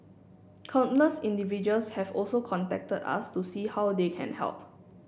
countless individuals have also contacted us to see how they can help